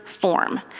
form